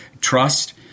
trust